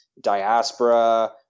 Diaspora